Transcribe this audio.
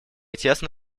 тесно